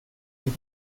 dira